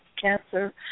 cancer